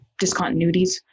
discontinuities